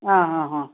ಹಾಂ ಹಾಂ ಹಾಂ